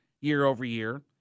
year-over-year